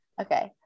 okay